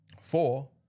Four